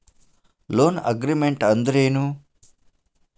Loan agreement ಅಂದ್ರೇನು?